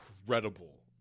incredible